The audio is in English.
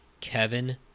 Kevin